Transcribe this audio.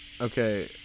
Okay